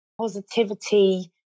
positivity